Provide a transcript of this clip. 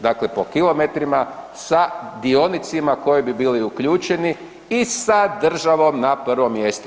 Dakle po kilometrima sa dionicima koji bi bili uključeni i sa državom na prvom mjestu.